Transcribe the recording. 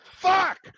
fuck